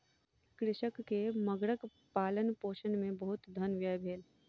कृषक के मगरक पालनपोषण मे बहुत धन व्यय भेल